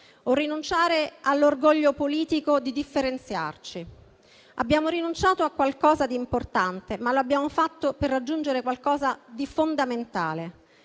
rinunciare all'orgoglio politico di differenziarci. Abbiamo rinunciato a qualcosa di importante, ma l'abbiamo fatto per raggiungere qualcosa di fondamentale: